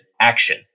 action